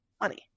money